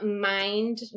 Mind